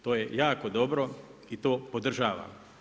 To je jako dobro i to podržavam.